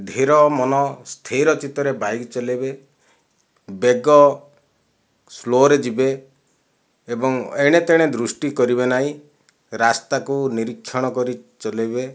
ଧୀର ମନ ସ୍ଥିର ଚିତ୍ତରେ ବାଇକ ଚଲେଇବେ ବେଗ ସ୍ଲୋ ରେ ଯିବେ ଏବଂ ଏଣେତେଣେ ଦୃଷ୍ଟି କରିବେ ନାହିଁ ରାସ୍ତାକୁ ନିରୀକ୍ଷଣ କରି ଚଲେଇବେ